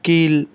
கீழ்